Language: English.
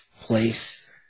place